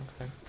Okay